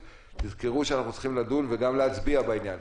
תזכרו שאנחנו צריכים לדון וגם להצביע בעניין.